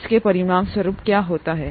उस के परिणामस्वरूप क्या होता है